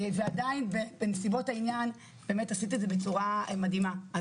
עדיין בנסיבות העניין עשית את זה בצורה מדהימה.